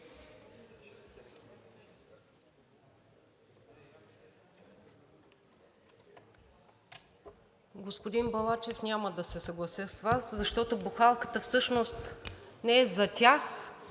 Господин Балачев, няма да се съглася с Вас, защото бухалката всъщност не е за тях,